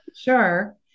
sure